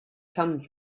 come